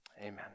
amen